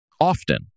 often